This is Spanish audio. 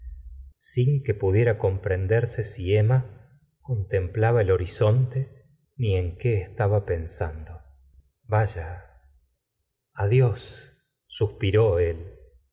sin que pudiera comprenderse si emma contemplaba el horizonte ni en qué etaba pensando adiós suspiró él